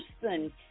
person